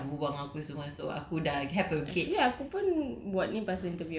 eh babe thanks ah pasal kau macam berbual dengan aku semua so aku dah have a gauge